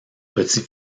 petit